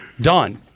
Done